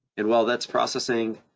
and while that's processing,